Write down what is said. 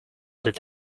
that